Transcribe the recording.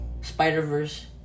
spider-verse